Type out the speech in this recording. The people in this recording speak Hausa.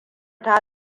ta